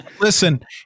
Listen